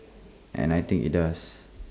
and I think IT does